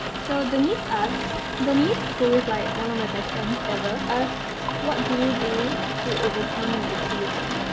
so, denise asks denise, who is, like, one of my best friends ever, asks what do you do to overcome negativity?